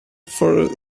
for